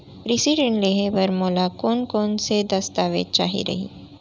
कृषि ऋण लेहे बर मोला कोन कोन स दस्तावेज चाही रही?